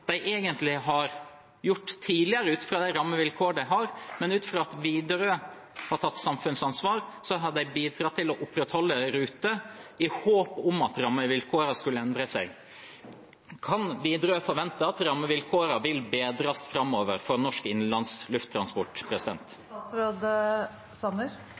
de egentlig ha gjort tidligere, ut fra de rammevilkårene de har, men fordi Widerøe har tatt samfunnsansvar, har de bidratt til å opprettholde rutene i håp om at rammevilkårene skulle endre seg. Kan Widerøe forvente at rammevilkårene vil bedres framover for norsk innenlands lufttransport?